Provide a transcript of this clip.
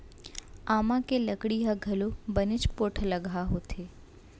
आमा के लकड़ी ह घलौ बनेच पोठलगहा होथे